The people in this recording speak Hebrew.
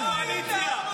תגנה את הקואליציה שלך.